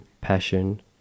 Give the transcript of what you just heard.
passion